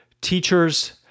teachers